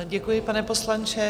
Děkuji, pane poslanče.